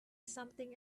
something